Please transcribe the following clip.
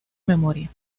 memoria